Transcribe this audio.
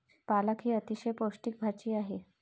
पालक ही अतिशय पौष्टिक भाजी आहे